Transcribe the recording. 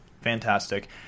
Fantastic